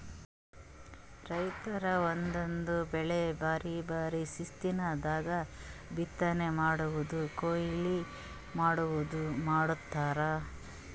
ರೈತರ್ ಒಂದೊಂದ್ ಬೆಳಿ ಬ್ಯಾರೆ ಬ್ಯಾರೆ ಸೀಸನ್ ದಾಗ್ ಬಿತ್ತನೆ ಮಾಡದು ಕೊಯ್ಲಿ ಮಾಡದು ಮಾಡ್ತಾರ್